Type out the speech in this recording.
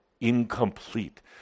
incomplete